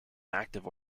active